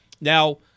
Now